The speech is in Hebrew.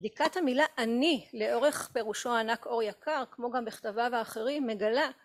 בדיקת המילה אני לאורך פירושו הענק אור יקר כמו גם בכתביו ואחרים מגלה